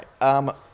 right